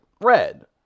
red